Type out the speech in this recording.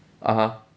(uh huh)